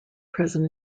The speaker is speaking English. present